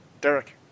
Derek